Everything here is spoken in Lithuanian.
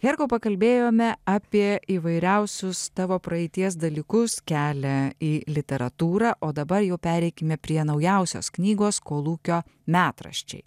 herkau pakalbėjome apie įvairiausius tavo praeities dalykus kelią į literatūrą o dabar jau pereikime prie naujausios knygos kolūkio metraščiai